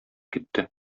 китте